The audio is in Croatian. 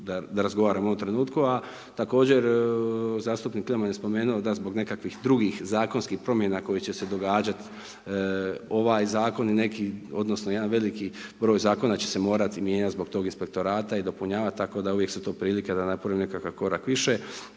da razgovaramo u ovom trenutku. A također zastupnik Kliman je spomenuo da zbog nekakvih drugih zakonskih promjena koje će se događati ovaj zakon neki odnosno jedan veliki broj zakona će se morati mijenjati zbog toga inspektorata i dopunjavati, tako da uvijek su to prilike da se napravi jedan korak više.